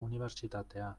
unibertsitatea